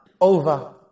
over